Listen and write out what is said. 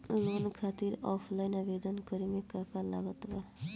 Loan खातिर offline आवेदन करे म का का लागत बा?